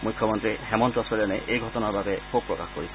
মুখ্যমন্ত্ৰী হেমন্ত ছোৰেনে এই ঘটনাৰ বাবে শোক প্ৰকাশ কৰিছে